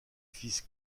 fils